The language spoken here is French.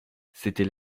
c’était